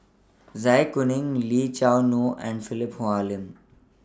Zai Kuning Lee Choo Neo and Philip Hoalim